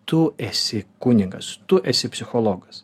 tu esi kunigas tu esi psichologas